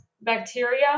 bacteria